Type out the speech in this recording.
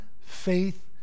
faith